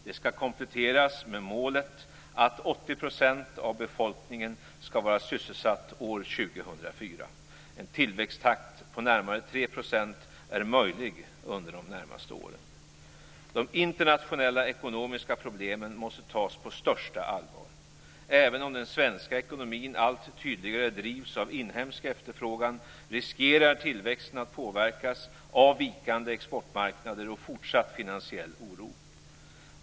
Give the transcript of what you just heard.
Det skall kompletteras med målet att 80 % av befolkningen skall vara sysselsatt år 2004. En tillväxttakt på närmare 3 % är möjlig under de närmaste åren. De internationella ekonomiska problemen måste tas på största allvar. Även om den svenska ekonomin allt tydligare drivs av inhemsk efterfrågan, riskerar tillväxten att påverkas av vikande exportmarknader och fortsatt finansiell oro.